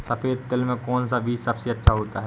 सफेद तिल में कौन सा बीज सबसे अच्छा होता है?